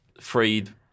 freed